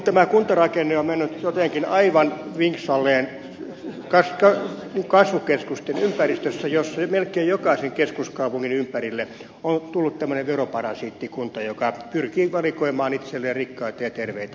tämä kuntarakenne on mennyt jotenkin aivan vinksalleen kasvukeskusten ympäristössä jossa melkein jokaisen keskuskaupungin ympärille on tullut tämmöinen veroparasiittikunta joka pyrkii valikoimaan itselleen rikkaita ja terveitä asukkaita